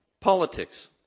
politics